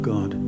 God